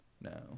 No